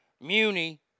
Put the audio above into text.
Muni